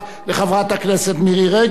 לחברת הכנסת מירי רגב,